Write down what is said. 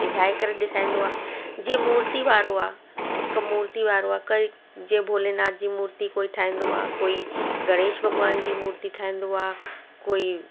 करे ॾेखारींदो आहे जीअं मूर्ति वारो आहे हिकु मूर्ति वारो आहे कोई जीअं भोलेनाथ जी मूर्ति कोई ठाहींदो आहे कोई गणेश भॻवान जी मूर्ति ठाहींदो आहे कोई